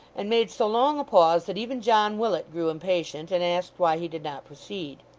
and made so long a pause that even john willet grew impatient and asked why he did not proceed.